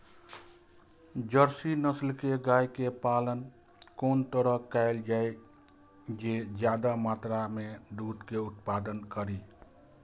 Jersey नस्ल के गाय के पालन कोन तरह कायल जाय जे ज्यादा मात्रा में दूध के उत्पादन करी?